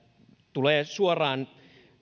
tulee suoraan